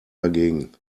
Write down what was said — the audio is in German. dagegen